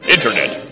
Internet